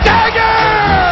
Dagger